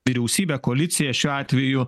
vyriausybę koaliciją šiuo atveju